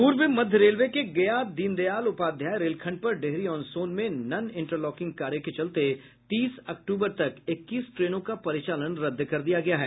पूर्व मध्य रेलवे के गया दीनदयाल उपाध्याय रेलखंड पर डेहरी ऑन सोन में नन इंटरलॉकिंग कार्य के चलते तीस अक्टूबर तक इक्कीस ट्रेनों का परिचालन रद्द कर दिया गया है